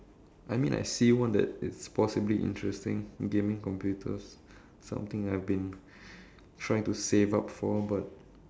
I mean I see one that is possibly interesting gaming computers something I've been trying to save up for but